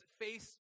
face